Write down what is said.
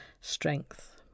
strength